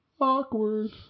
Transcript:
Awkward